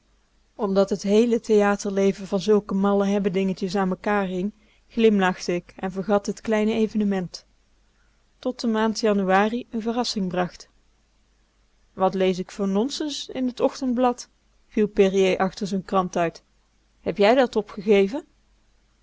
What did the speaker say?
omdat t heele theaterleven van zulke malle hebbedingetjes aan mekaar hing glimlachte k en vergat t kleine evenement tot de maand ja verrassing bracht nuari wat lees k voor nonsens in t ochtendblad viel périer achter z'n krant uit heb jij dat opgegeven